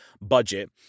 budget